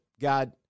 God